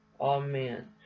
amen